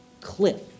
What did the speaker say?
cliff